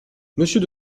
monsieur